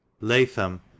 Latham